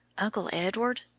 uncle edward,